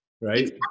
Right